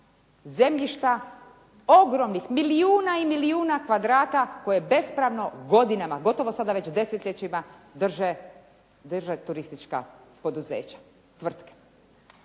zemljišta, ogromnih, milijuna i milijuna kvadrata koje bespravno godinama, gotovo sada već desetljećima drže turistička poduzeća,